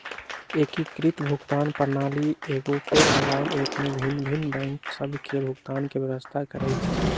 एकीकृत भुगतान प्रणाली एकेगो मोबाइल ऐप में भिन्न भिन्न बैंक सभ के भुगतान के व्यवस्था करइ छइ